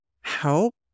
help